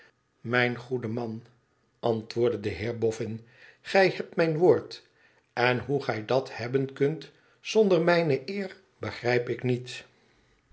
mijn goede man antwoordde de heer bofün igij hebt mijn woord en hoe gij dat hebben kunt zonder mijne eer begrijp ik niet